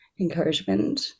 encouragement